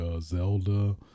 Zelda